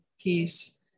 piece